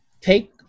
take